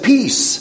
Peace